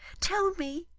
tell me.